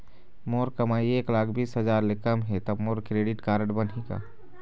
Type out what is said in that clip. मोर कमाई एक लाख बीस हजार ले कम हे त मोर क्रेडिट कारड बनही का?